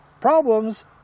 problems